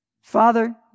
Father